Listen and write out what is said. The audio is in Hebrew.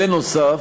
בנוסף,